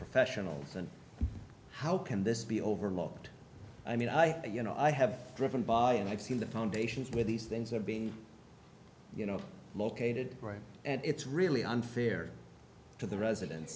professionals and how can this be overlooked i mean i you know i have driven by and i've seen the foundations where these things are being you know located right and it's really unfair to the resident